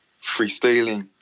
freestyling